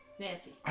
Nancy